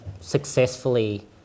successfully